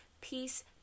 peace